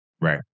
Right